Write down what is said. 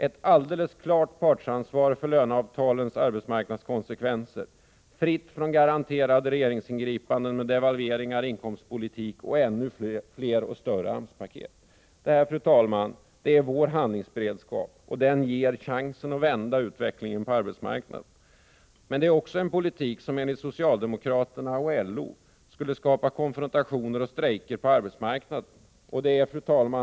Ett alldeles klart partsansvar för löneavtalens arbetsmarknadskonsekvenser, fritt från garanterade regeringsingripanden med devalveringar, inkomstpolitik och ännu fler och större AMS-paket. Detta, fru talman, är vår handlingsberedskap, och den ger chansen att vända utvecklingen på arbetsmarknaden. Men det är också en politik som enligt socialdemokraterna och LO skulle skapa konfrontationer och strejker på arbetsmarknaden. Fru talman!